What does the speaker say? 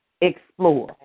explore